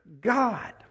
God